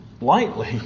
lightly